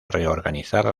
reorganizar